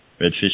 Redfish